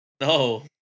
No